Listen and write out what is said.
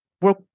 work